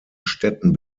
städten